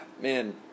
man